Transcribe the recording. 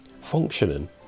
functioning